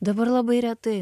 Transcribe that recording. dabar labai retai